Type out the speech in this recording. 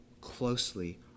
closely